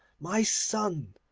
my son,